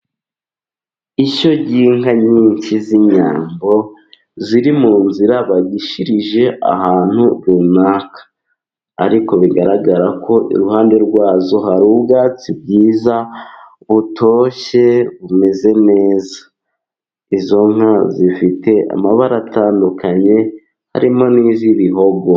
Ishyo ry'inka nyinshi z'inyambo, ziri mu nzira bagishirije ahantu runaka, ariko bigaragara ko iruhande rwazo hariho ubwatsi bwiza butoshye bumeze neza, izo nka zifite amabara atandukanye harimo n'iz'ibihogo.